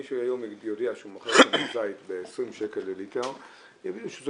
מי שהיום יודע שהוא מוכר שמן זית ב-20 שקל לליטר יבינו שזה